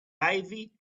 ivy